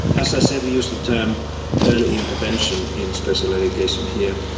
as i said, we use the term early intervention in special education here,